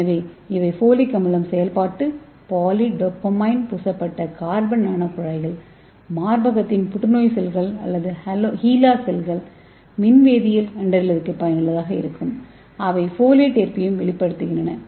எனவே இவை ஃபோலிக் அமிலம் செயல்பாட்டு பாலிடோபமைன் பூசப்பட்ட கார்பன் நானோகுழாய்கள் மார்பகத்தின் புற்றுநோய் செல்கள் அல்லது ஹெலா செல்கள்மின் வேதியியல் கண்டறிதலுக்கு பயனுள்ளதாக இருக்கும் அவை ஃபோலேட் ஏற்பியையையும் வெளிப்படுத்துகின்றன